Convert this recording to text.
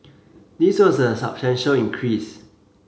this was a substantial increase